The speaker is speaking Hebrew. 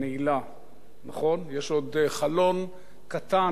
יש עוד חלון קטן, נצלו כל שנייה.